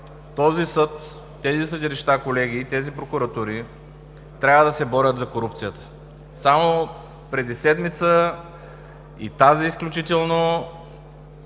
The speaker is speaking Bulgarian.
Този съд, тези съдилища, колеги, и тези прокуратури трябва да се борят срещу корупцията. Само преди седмица, и тази включително,